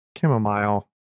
chamomile